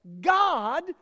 God